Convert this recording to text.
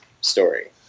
story